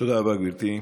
תודה רבה, גברתי.